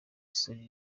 isoni